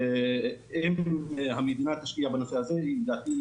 ואם המדינה תשקיע בנושא הזה עכשיו,